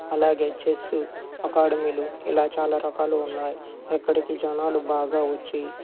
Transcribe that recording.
అలాగే చెస్సు అకాడమీలు ఇలా చాలా రకాలు ఉన్నాయి ఇక్కడికి జనాలు బాగా వచ్చి